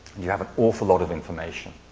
you have an awful lot of information.